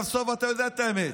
סובה, אתה יודע את האמת,